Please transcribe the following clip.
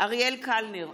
אריאל קלנר,